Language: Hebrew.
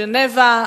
ז'נבה.